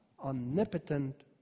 omnipotent